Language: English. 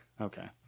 Okay